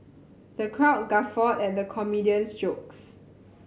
the crowd guffawed at the comedian's jokes